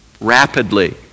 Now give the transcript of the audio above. rapidly